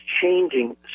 changing